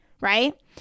right